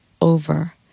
over